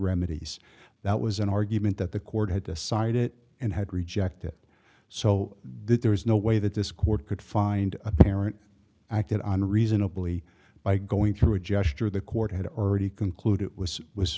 remedies that was an argument that the court had decided it and had rejected so there is no way that this court could find a parent acted on reasonably by going through a gesture the court had already concluded was was